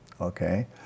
Okay